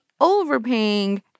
overpaying